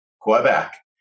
Quebec